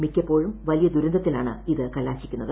മിക്കപ്പോഴും വലിയ ദുരന്തത്തിലാണ് ഇത് കലാശിക്കുന്നത്